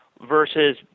versus